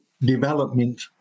development